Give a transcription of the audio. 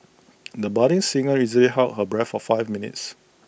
the budding singer easily held her breath for five minutes